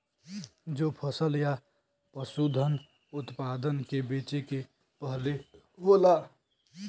जो फसल या पसूधन उतपादन के बेचे के पहले होला